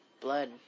Blood